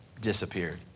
disappeared